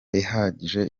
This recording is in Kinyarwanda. ihagije